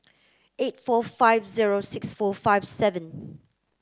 eight four five zero six four five seven